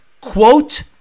Quote